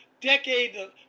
decade